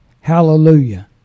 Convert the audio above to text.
hallelujah